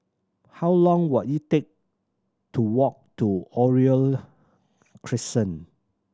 how long will it take to walk to Oriole Crescent